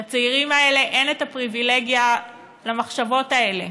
לצעירים האלה אין הפריבילגיה למחשבות האלה,